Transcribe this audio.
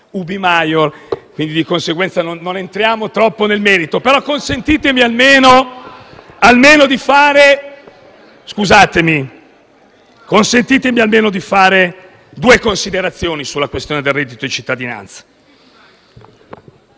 Di Maio, di conseguenza non entriamo troppo nel merito. Consentitemi, però, di fare almeno due considerazioni sulla questione del reddito di cittadinanza: